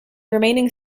remaining